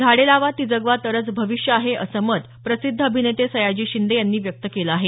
झाडे लावा ती जगवा तरच भविष्य आहे असं मत प्रसिद्ध अभिनेते सयाजी शिंदे यांनी व्यक्त केलं आहे